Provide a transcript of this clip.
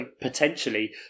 potentially